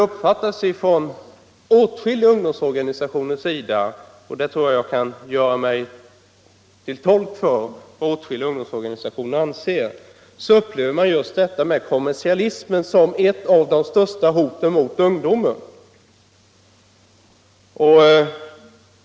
Jag tror att jag kan göra mig till tolk för vad många olika ungdomsorganisationer anser om dessa och säga att de ser kommersialismen som ett av de största hoten mot ungdomen.